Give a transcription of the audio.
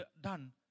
done